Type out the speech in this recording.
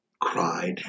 cried